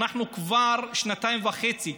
אנחנו כבר שנתיים וחצי,